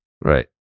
Right